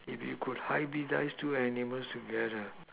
if you could hybridize two animals together